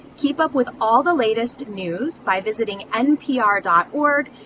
keep up with all the latest news by visiting npr dot org,